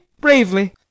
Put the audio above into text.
bravely